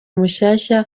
mushyashya